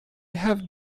have